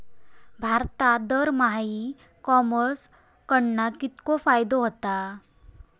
भारतात दरमहा e commerce कडणा कितको फायदो होता?